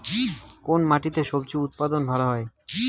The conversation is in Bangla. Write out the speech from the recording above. কোন মাটিতে স্বজি উৎপাদন ভালো হয়?